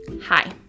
Hi